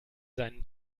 seinen